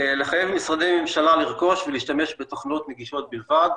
לחייב משרדי ממשלה לרכוש ולהשתמש בתוכנות נגישות בלבד,